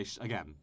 again